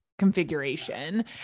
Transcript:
configuration